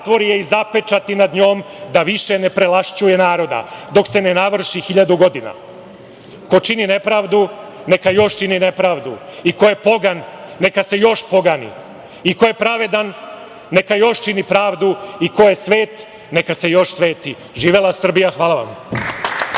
i zapečati nad njom da više ne prelašćuje naroda, dok se ne navrši 1.000 godina“. Ko čini nepravdu neka još čini nepravdu i ko je pogan, neka se još pogani i ko je pravedan, neka još čini pravdu i ko je svet neka se još sveti. Živela Srbija. Hvala.